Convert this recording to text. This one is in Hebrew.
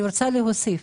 אני רוצה להוסיף,